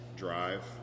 drive